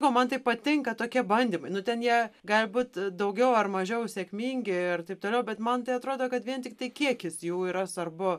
o man taip patinka tokie bandymai nu ten jie gali būt daugiau ar mažiau sėkmingi ir taip toliau bet man tai atrodo kad vien tiktai kiekis jų yra svarbu